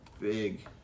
Big